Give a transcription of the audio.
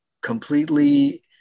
completely